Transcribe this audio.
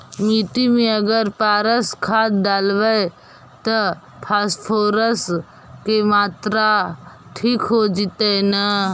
मिट्टी में अगर पारस खाद डालबै त फास्फोरस के माऋआ ठिक हो जितै न?